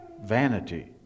vanity